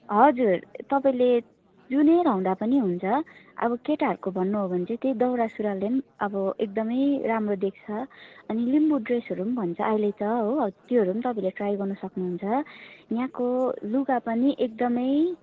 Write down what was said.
हजुर तपाईँले जुनै लाउँदा पनि हुन्छ अब केटाहरूको भन्नु हो भने चाहिँ त्यही दौरासुरुवालले पनि अब एकदमै राम्रो देख्छ अनि लिम्बू ड्रेसहरू पनि भन्छ अहिले त हो त्योहरू पनि तपाईँले ट्राई गर्न सक्नुहुन्छ यहाँको लुगा पनि एकदमै